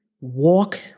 walk